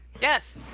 yes